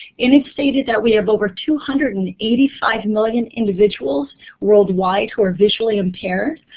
in it stated that we have over two hundred and eighty five million individuals worldwide who are visually impaired.